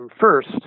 first